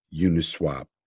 uniswap